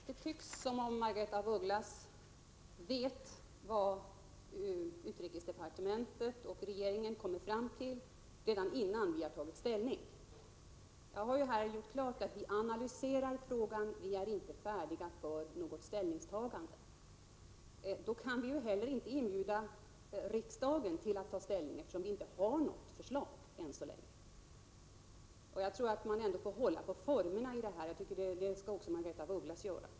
Herr talman! Det tycks som om Margaretha af Ugglas vet vad vi i utrikesdepartementet och regeringen kommer fram till redan innan vi har tagit ställning. Jag har ju här gjort klart att vi analyserar frågan och ännu inte är färdiga för något ställningstagande. Eftersom vi än så länge inte har något förslag, kan vi inte inbjuda riksdagen att ta ställning. Man måste ändå hålla på formerna i detta arbete, och det bör också Margaretha af Ugglas göra.